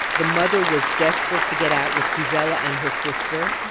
the mother was desperate to get out with gisela and her sister,